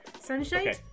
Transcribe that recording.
Sunshine